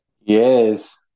Yes